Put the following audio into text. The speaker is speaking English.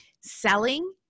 Selling